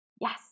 Yes